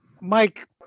Mike